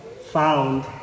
found